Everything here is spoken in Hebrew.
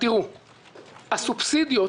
הסובסידיות